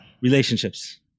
Relationships